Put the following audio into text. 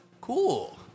cool